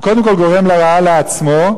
הוא קודם כול גורם רעה לעצמו,